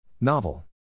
Novel